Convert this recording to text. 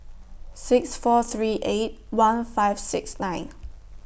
six four three eight one five six nine